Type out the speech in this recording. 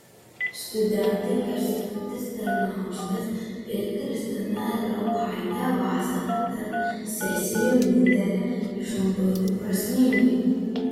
studentai kęstutis tarnauskas ir kristina rauchaitė vasarą tarp sesijų nutarė išnaudoti prasmingai